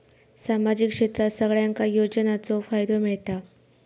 सामाजिक क्षेत्रात सगल्यांका योजनाचो फायदो मेलता?